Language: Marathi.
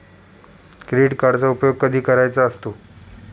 क्रेडिट कार्डचा उपयोग कधी करायचा असतो?